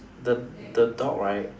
the the dog right